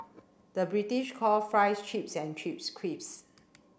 the British call fries chips and chips crisps